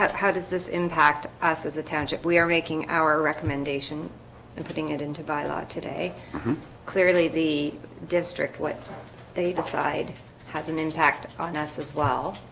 how does this impact us as a tangent? we are making our recommendation and putting it into by law today clearly the district what they decide has an impact on us as well